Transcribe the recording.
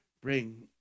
bring